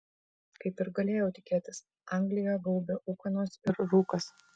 kaip ir galėjau tikėtis angliją gaubė ūkanos ir rūkas